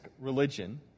religion